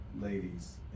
ladies